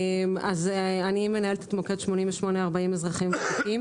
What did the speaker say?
אז אני מנהלת את מוקד 8840 אזרחים ותיקים.